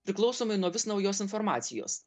priklausomai nuo vis naujos informacijos